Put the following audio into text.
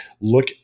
Look